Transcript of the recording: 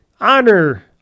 honor